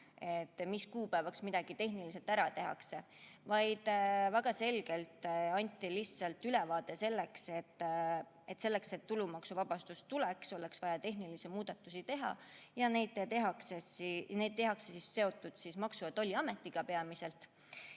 mis kuupäevaks midagi tehniliselt ära tehakse, vaid väga selgelt anti lihtsalt ülevaade, et selleks, et tulumaksuvabastus tuleks, oleks vaja tehnilisi muudatusi teha ja neid tehakse peamiselt Maksu- ja Tolliametiga.